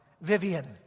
Vivian